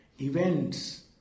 events